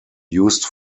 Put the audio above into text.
used